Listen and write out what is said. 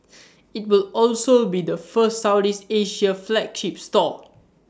IT will also be the first Southeast Asia flagship store